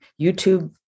YouTube